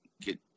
get